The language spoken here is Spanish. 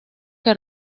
que